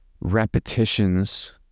repetitions